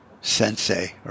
Sensei